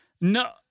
No